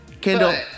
Kendall